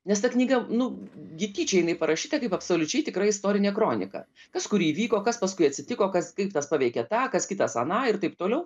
nes ta knyga nu gi tyčia jinai parašyta kaip absoliučiai tikra istorinė kronika kas kur įvyko kas paskui atsitiko kas kaip tas paveikė tą kas kitas aną ir taip toliau